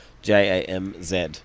j-a-m-z